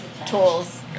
Tools